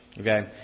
Okay